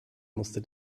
musste